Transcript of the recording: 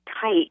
tight